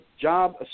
job